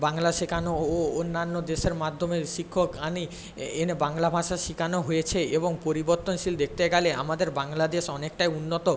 বাংলা শেখানো ও অন্যান্য দেশের মাধ্যমে শিক্ষক আনি এনে বাংলা ভাষা শেখানো হয়েছে এবং পরিবর্তনশীল দেখতে গেলে আমাদের বাংলাদেশ অনেকটাই উন্নত